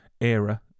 era